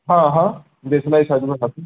হ্যাঁ হ্যাঁ দেশলাই থাকবে সাথে